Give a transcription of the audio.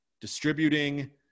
distributing